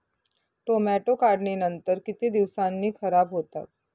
Tomato काढणीनंतर किती दिवसांनी खराब होतात?